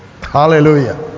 hallelujah